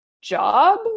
job